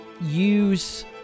use